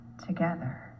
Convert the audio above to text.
together